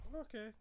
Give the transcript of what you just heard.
Okay